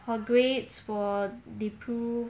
her grades will deprive